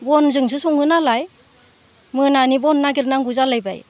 बनजोंसो सङो नालाय मोनानि बन नागिरनांगौ जालायबाय